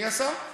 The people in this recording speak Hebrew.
מי עשה?